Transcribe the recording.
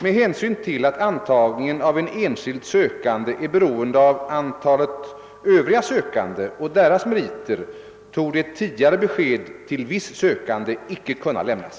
Med hänsyn till att antagningen av en enskild sökande är beroende av antalet övriga sökande och deras meriter torde ett tidigare besked till viss sökande inte kunna lämnas.